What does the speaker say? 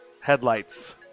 headlights